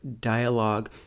dialogue